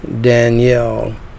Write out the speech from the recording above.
Danielle